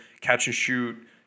catch-and-shoot